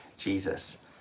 Jesus